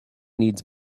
needs